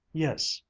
yes,